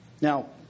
Now